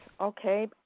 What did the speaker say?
okay